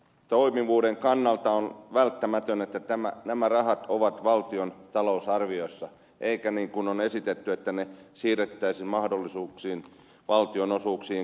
toimivuuden kannalta on välttämätöntä että nämä rahat ovat valtion talousarviossa eikä niin kuin on esitetty että ne siirrettäisiin mahdollisesti valtionosuuksiin kunnille